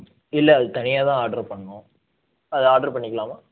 இல்லை அது தனியா தான் ஆர்ட்ரு பண்ணணும் அது ஆர்ட்ரு பண்ணிக்கலாமா